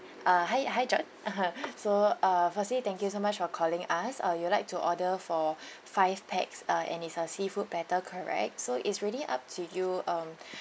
uh hi hi john so uh firstly thank you so much for calling us uh you'd like to order for five pax uh and it's seafood a platter correct so it's really up to you mm